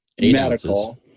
medical